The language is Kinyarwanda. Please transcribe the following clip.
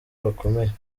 bakomeye